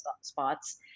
spots